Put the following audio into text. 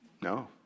No